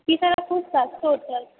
तीस हजार खूप जास्त होतात